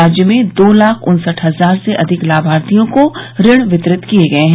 राज्य में दो लाख उन्सठ हजार से अधिक लाभार्थियों को ऋण वितरित किये गये हैं